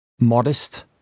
modest